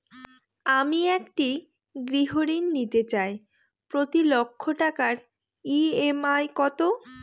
আমি একটি গৃহঋণ নিতে চাই প্রতি লক্ষ টাকার ই.এম.আই কত?